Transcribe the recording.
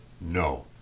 No